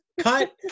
cut